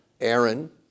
Aaron